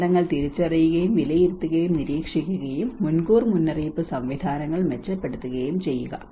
ദുരന്തങ്ങൾ തിരിച്ചറിയുകയും വിലയിരുത്തുകയും നിരീക്ഷിക്കുകയും മുൻകൂർ മുന്നറിയിപ്പ് സംവിധാനങ്ങൾ മെച്ചപ്പെടുത്തുകയും ചെയ്യുക